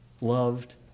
loved